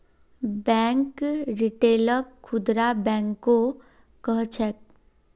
bank रिटेलक खुदरा बैंको कह छेक